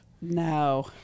No